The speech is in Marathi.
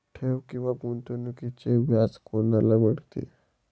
ठेव किंवा गुंतवणूकीचे व्याज कोणाला मिळते?